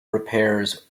repairs